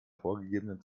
vorgegebenen